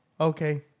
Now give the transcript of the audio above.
Okay